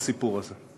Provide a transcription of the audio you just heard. בסיפור הזה.